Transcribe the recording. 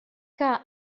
que